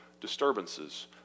disturbances